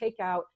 takeout